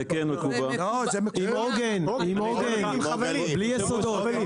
זה כן מקובע, עם עוגן, בלי יסודות.